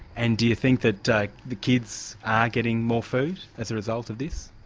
and do you think that that the kids are getting more food as a result of this?